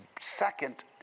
second